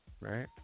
Right